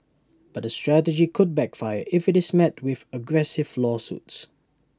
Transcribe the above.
but the strategy could backfire if IT is met with aggressive lawsuits